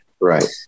Right